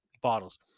bottles